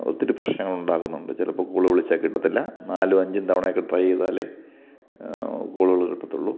ഒത്തിരി പ്രശ്നങ്ങളുണ്ടാകുന്നുണ്ട് ചിലപ്പോള് കോള് വിളിച്ചാല് കിട്ടത്തില്ല നാലും അഞ്ചും തവണെയൊക്കെ ട്രൈയ്താലേ കോളുകള് കിട്ടാത്തുള്ളു